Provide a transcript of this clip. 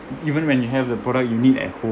even when you have the product you need at home